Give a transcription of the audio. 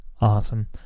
Awesome